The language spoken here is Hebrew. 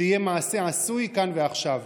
שיהיה מעשה עשוי כאן ועכשיו.